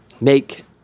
make